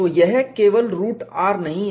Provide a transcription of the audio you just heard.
तो यह केवल रूट r नहीं है